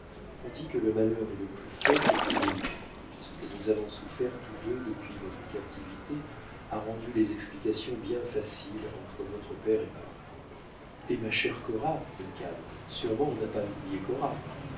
on dit que le malheur est le plus fort de tous les liens et ce que nous avons souffert tous deux depuis votre captivité a rendu les explications bien faciles entre votre père et moi et ma chère cora duncan sûrement on n'a pas oublié